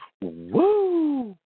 woo